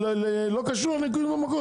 לא קשור לניכוי במקור,